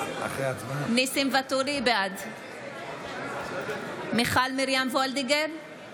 בעד מיכל מרים וולדיגר, בעד